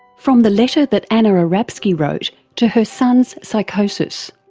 from the letter that anna arabskyj wrote to her son's psychosis.